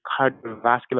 cardiovascular